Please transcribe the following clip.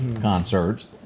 concerts